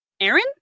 Aaron